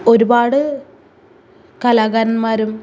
ഒരുപാട് കലാകാരന്മാരും